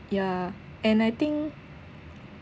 yeah and I think